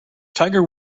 tiger